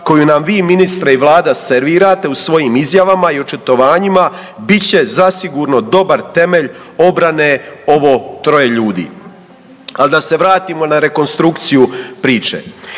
koju nam vi ministre i vlada servirate u svojim izjavama i očitovanjima bit će zasigurno dobar temelj obrane ovo troje ljudi. Al da se vratimo na rekonstrukciju priče.